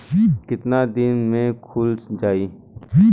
कितना दिन में खुल जाई?